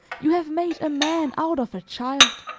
you have made a man out of a child.